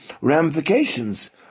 ramifications